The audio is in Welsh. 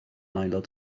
aelod